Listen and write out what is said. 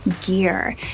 gear